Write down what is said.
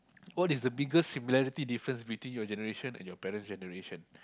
what is the biggest similarity difference between your generation and your parents' generation